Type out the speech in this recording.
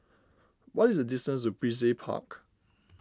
what is the distance to Brizay Park